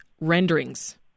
renderings